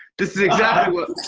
this is exactly what